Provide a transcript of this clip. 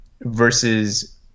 Versus